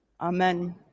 Amen